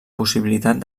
possibilitat